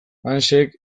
hansek